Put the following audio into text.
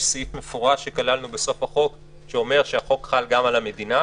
יש סעיף מפורש שכללנו בסוף החוק שאומר שהחוק חל גם על המדינה.